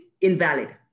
invalid